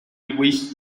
wish